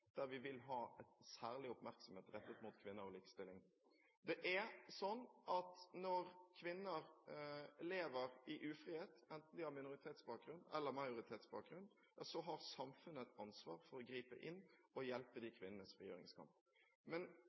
der vi vil ha særlig oppmerksomhet rettet mot kvinner og likestilling. Når kvinner lever i ufrihet, enten de har minoritetsbakgrunn eller majoritetsbakgrunn, har samfunnet et ansvar for å gripe inn og hjelpe i de kvinnenes frigjøringskamp. Men